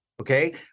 okay